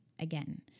again